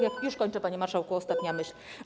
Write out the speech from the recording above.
Już kończę, panie marszałku, ostatnia myśl.